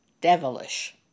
devilish